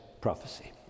prophecy